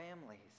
families